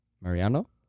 Mariano